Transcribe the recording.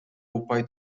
упай